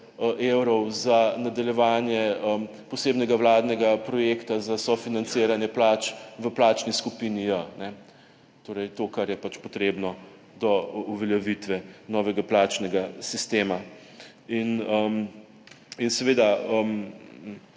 za nadaljevanje posebnega vladnega projekta za sofinanciranje plač v plačni skupini J, torej to, kar je pač potrebno do uveljavitve novega plačnega sistema. In seveda